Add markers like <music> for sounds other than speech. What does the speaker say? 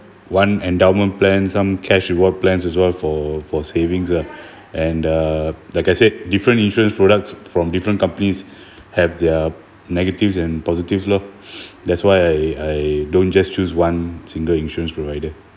one endowment plan some cash reward plans as well for for savings ah <breath> and the like I said different insurance products from different companies <breath> have their negatives and positives lor <noise> that's why I I don't just choose one single insurance provider